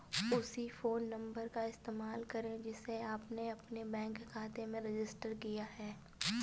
उसी phone number का इस्तेमाल करें जिसे आपने अपने बैंक खाते में रजिस्टर किया है